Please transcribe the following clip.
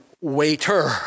waiter